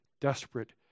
desperate